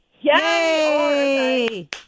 Yay